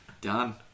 Done